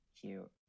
Cute